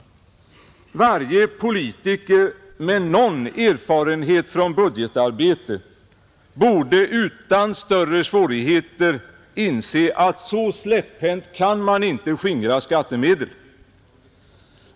Varje politiker med någon erfarenhet från budgetarbete borde utan större svårigheter inse att så släpphänt kan man inte skingra skattemedel!